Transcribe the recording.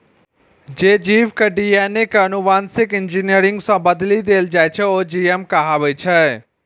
जे जीव के डी.एन.ए कें आनुवांशिक इंजीनियरिंग सं बदलि देल जाइ छै, ओ जी.एम कहाबै छै